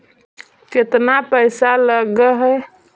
केतना पैसा लगय है?